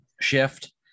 shift